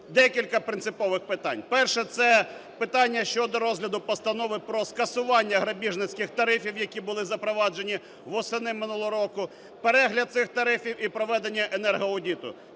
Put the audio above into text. декілька принципових питань. Перше – це питання щодо розгляду Постанови про скасування грабіжницьких тарифів, які були запроваджені восени минулого року, перегляд цих тарифів і проведенняенергоаудиту.